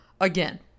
again